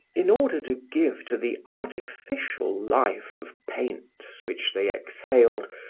in order to give to the artificial life of paints which they exhaled,